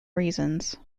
reasons